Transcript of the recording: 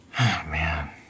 man